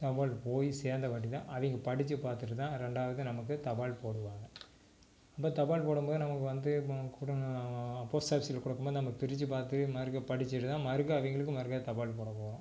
தபால் போய் சேர்ந்த பின்னாடி தான் அதை படித்து பார்த்துட்டு தான் ரெண்டாவது நமக்கு தபால் போடுவாங்க அந்தத் தபால் போடும் போது நமக்கு வந்து ப குடும் போஸ்ட் ஆஃபீஸில் கொடுக்கும் போது நம்ம பிரித்து பார்த்து மறுக்கா படிச்சுட்டு தான் மறுக்கா அவங்களுக்கும் மறுக்கா தபால் போடப் போகிறோம்